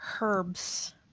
Herbs